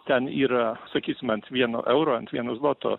ten yra sakysim ant vieno euro ant vieno zloto